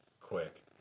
quick